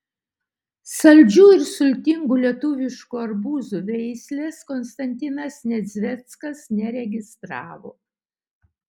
saldžių ir sultingų lietuviškų arbūzų veislės konstantinas nedzveckas neregistravo